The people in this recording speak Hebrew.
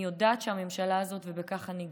אני יודעת שהממשלה הזאת, ובכך אני גאה,